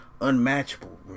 unmatchable